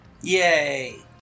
Yay